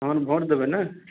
अहाँ वोट देबय ने